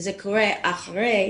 וזה קורה אחרי